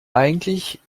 eigentlich